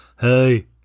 Hey